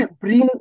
bring